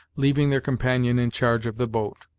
leaving their companion in charge of the boat.